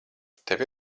tev